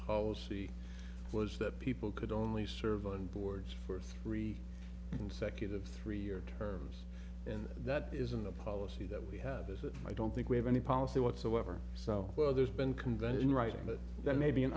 policy was that people could only serve on boards for three consecutive three year terms and that isn't the policy that we have is that i don't think we have any policy whatsoever so well there's been convention writing that there may be an